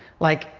like,